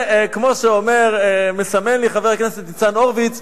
וכמו שאומר ומסמן לי חבר הכנסת ניצן הורוביץ,